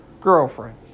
girlfriend